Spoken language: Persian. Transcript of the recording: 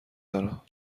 دارم